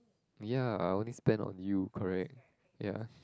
ya I only spend on you correct ya